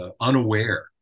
unaware